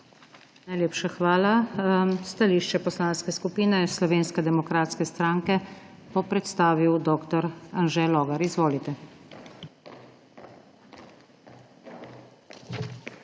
Najlepša hvala. Stališče Poslanske skupine Slovenske demokratske stranke bo predstavil dr. Anže Logar. Izvolite.